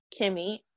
Kimmy